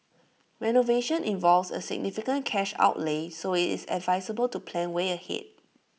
renovation involves A significant cash outlay so IT is advisable to plan way ahead